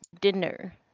dinner